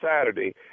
Saturday